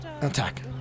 attack